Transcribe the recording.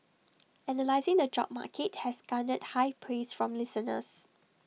analysing the job market has garnered high praise from listeners